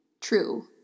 true